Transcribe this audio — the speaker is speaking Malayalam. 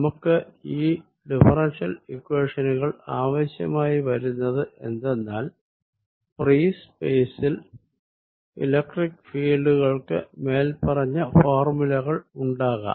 നമുക്ക് ഈ ഡിഫറെൻഷ്യൽ ഇക്വേഷനുകൾ ആവശ്യമായി വരുന്നത് എന്തെന്നാൽ ഫ്രീ സ്പേസിൽ ഇലക്ട്രിക് ഫീൽഡുകൾക്ക് മേൽപ്പറഞ്ഞ ഫോർമുലകൾ ഉണ്ടാകാം